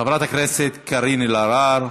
חברת הכנסת קארין אלהרר.